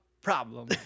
problem